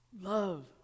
love